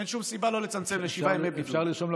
אין שום סיבה לא לצמצם לשבעה ימי בידוד.